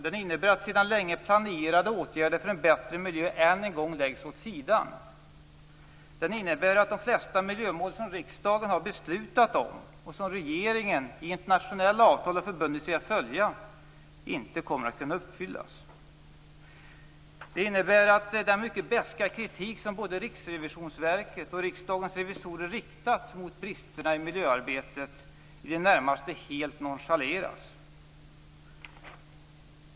Den innebär att sedan länge planerade åtgärder för en bättre miljö än en gång läggs åt sidan. Den innebär att de flesta miljömål som riksdagen har beslutat om och som regeringen i internationella avtal har förbundit sig att följa inte kommer att kunna förverkligas. Det innebär att den mycket beska kritik som både Riksrevisionsverket och Riksdagens revisorer riktat mot bristerna i miljöarbetet i det närmaste helt nonchaleras.